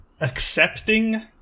accepting